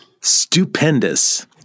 stupendous